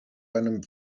einem